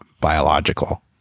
biological